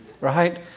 Right